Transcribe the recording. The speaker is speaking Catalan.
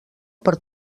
per